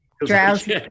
Drowsy